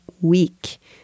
week